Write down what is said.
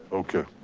okay,